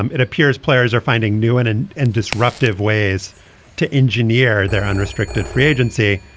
um it appears players are finding new and and and disruptive ways to engineer their unrestricted free agency.